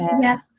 Yes